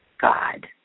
God